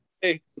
Hey